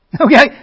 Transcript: Okay